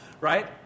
right